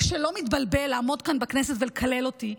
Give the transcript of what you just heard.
שלא מתבלבל לעמוד כאן בכנסת ולקלל אותי,